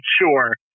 sure